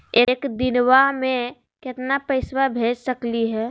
एक दिनवा मे केतना पैसवा भेज सकली हे?